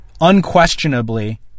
unquestionably